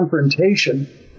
confrontation